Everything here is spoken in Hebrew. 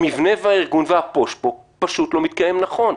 המבנה והארגון וה-פּוֹש פה פשוט לא מתקיימים נכון.